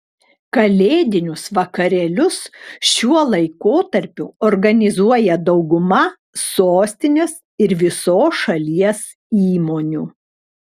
kalėdinius vakarėlius šiuo laikotarpiu organizuoja dauguma sostinės ir visos šalies įmonių